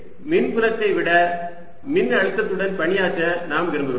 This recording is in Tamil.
எனவே மின்புலத்தை விட மின்னழுத்தத்துடன் பணியாற்ற நாம் விரும்புகிறோம்